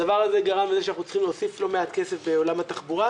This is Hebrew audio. הדבר הזה גרם לזה שאנחנו צריכים להוסיף לא מעט כסף בעולם התחבורה,